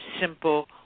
simple